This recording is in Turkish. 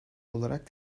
olarak